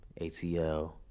ATL